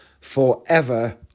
forever